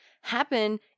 happen